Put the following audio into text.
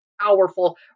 powerful